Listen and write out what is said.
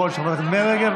נתקבלה.